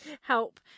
help